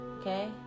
okay